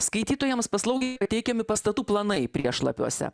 skaitytojams paslaugiai pateikiami pastatų planai priešlapiuose